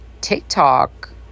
TikTok